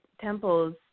temples